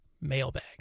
mailbag